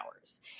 hours